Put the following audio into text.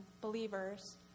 believers